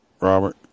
Robert